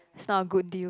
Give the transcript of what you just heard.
it's not a good deal